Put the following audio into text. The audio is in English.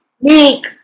make